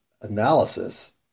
analysis